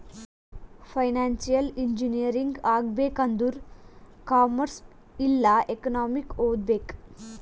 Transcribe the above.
financial engineering ಆಗ್ಬೇಕ್ ಆಂದುರ್ commerce ಇಲ್ಲಾ ಎಕನಾಮಿಕ್ ಓದ್ಬೇಕ್